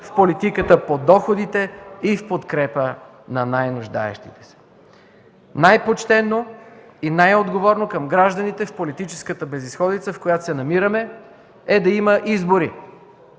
в политиката по доходите и в подкрепа на най-нуждаещите се. Най-почтено и най-отговорно към гражданите в политическата безизходица, в която се намираме, е да има избори.